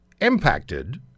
impacted